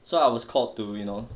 so I was called to you know